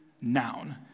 noun